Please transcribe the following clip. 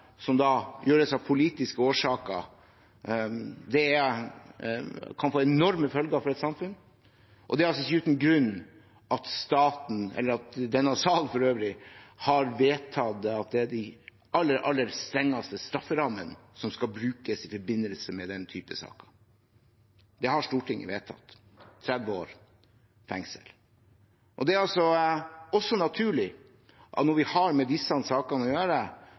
gjøres av politiske årsaker. Det kan få enorme følger for et samfunn. Det er ikke uten grunn at staten – eller denne salen for øvrig – har vedtatt at det er de aller, aller strengeste strafferammene som skal brukes i forbindelse med den type saker. Det har Stortinget vedtatt: 30 års fengsel. Det er også naturlig at når man har med disse sakene å gjøre,